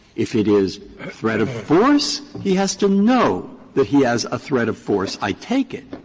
if it is a threat of force, he has to know that he has a threat of force, i take it,